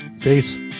Peace